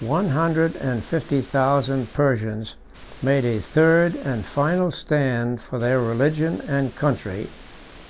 one hundred and fifty thousand persians made a third and final stand for their religion and country